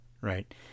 Right